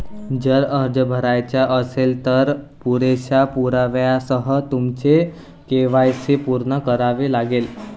जर अर्ज भरायचा असेल, तर पुरेशा पुराव्यासह तुमचे के.वाय.सी पूर्ण करावे लागेल